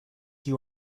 you